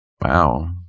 wow